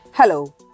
Hello